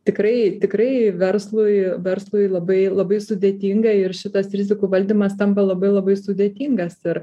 tikrai tikrai verslui verslui labai labai sudėtinga ir šitas rizikų valdymas tampa labai labai sudėtingas ir